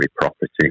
property